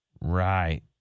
Right